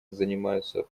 занимаются